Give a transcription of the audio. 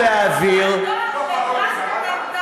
אתה מבין.